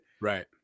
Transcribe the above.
Right